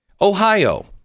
Ohio